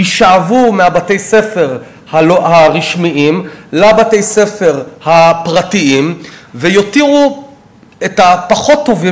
יישאבו מבתי-הספר הרשמיים לבתי-הספר הפרטיים ויותירו את ה"פחות טובים",